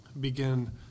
begin